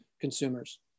consumers